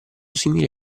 simili